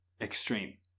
extreme